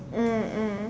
mm mm